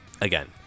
again